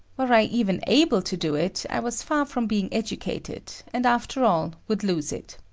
were i even able to do it, i was far from being educated, and after all, would lose it.